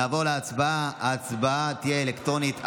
נעבור להצבעה, ההצבעה תהיה אלקטרונית.